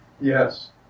Yes